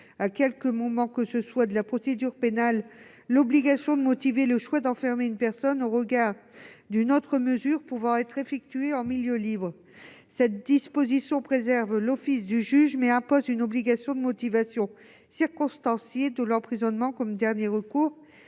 à quelque moment que ce soit de la procédure pénale, la motivation du choix d'enfermer une personne en regard d'une autre mesure pouvant être effectuée en milieu libre. Cette disposition préserve l'office du juge, mais impose une obligation de motivation circonstanciée de l'emprisonnement comme dernier recours,